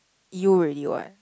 you already what